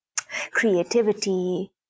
creativity